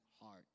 heart